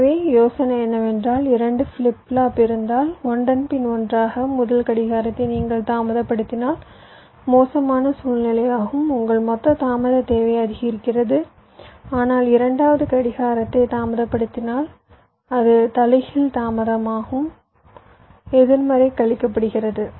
எனவே யோசனை என்னவென்றால் 2 ஃபிளிப் ஃப்ளாப் இருந்தால் ஒன்றன்பின் ஒன்றாக முதல் கடிகாரத்தை நீங்கள் தாமதப்படுத்தினால் மோசமான சூழ்நிலையாகும் உங்கள் மொத்த தாமத தேவை அதிகரிக்கிறது ஆனால் இரண்டாவது கடிகாரத்தை தாமதப்படுத்தினால் அது தலைகீழ் தாமதம் எதிர்மறை கழிக்கப்படுகிறது